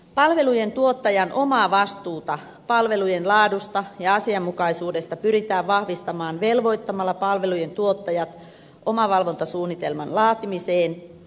palvelujen tuottajan omavastuuta palvelujen laadusta ja asianmukaisuudesta pyritään vahvistamaan velvoittamalla palvelujen tuottajat omavalvontasuunnitelman laatimiseen